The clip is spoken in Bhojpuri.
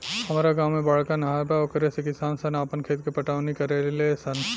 हामरा गांव में बड़का नहर बा ओकरे से किसान सन आपन खेत के पटवनी करेले सन